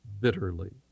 bitterly